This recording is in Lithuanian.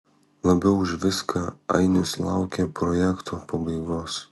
labiau už viską ainius laukia projekto pabaigos